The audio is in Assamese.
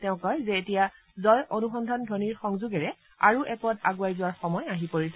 তেওঁ কয় যে এতিয়া জয় অনুসন্ধান ধবনিৰ সংযোগেৰে আৰু এপদ আগুৱাই যোৱাৰ সময় আহি পৰিছে